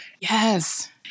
Yes